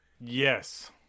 yes